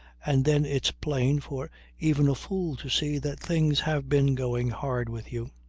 and then it's plain for even a fool to see that things have been going hard with you.